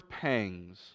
pangs